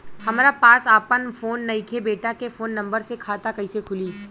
हमरा पास आपन फोन नईखे बेटा के फोन नंबर से खाता कइसे खुली?